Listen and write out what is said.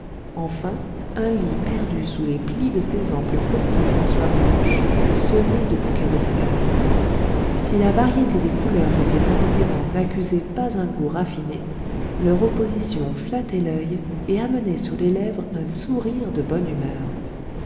enfin un lit perdu sous les plis de ses amples courtines en soie blanche semée de bouquets de fleur si la variété des couleurs de cet ameublement n'accusait pas un goût raffiné leur opposition flattait l'oeil et amenait sur les lèvres un sourire de bonne humeur